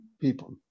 people